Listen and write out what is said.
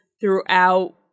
throughout